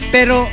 Pero